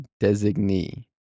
designee